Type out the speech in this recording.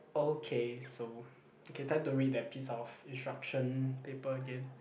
okay so okay time to read that piece of instruction paper again